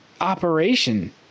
operation